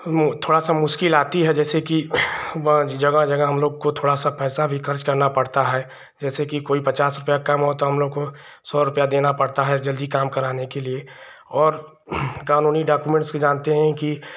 उनमें थोड़ी सी मुश्किल आती है जैसे कि वह जगह जगह हमलोगों को थोड़ा सा पैसा भी खर्च करना पड़ता है जैसे कि कोई पचास रुपया काम है तो हमलोग को सौ रुपया देना पड़ता है जल्दी काम कराने के लिए और कानूनी डॉक्युमेन्ट जानते हैं कि एक